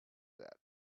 that